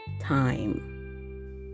time